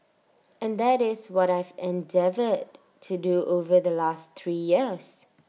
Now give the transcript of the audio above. and that is what I've endeavoured to do over the last three years